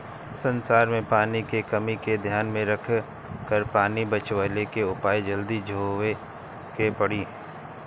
संसार में पानी के कमी के ध्यान में रखकर पानी बचवले के उपाय जल्दी जोहे के पड़ी